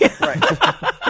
Right